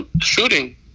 shooting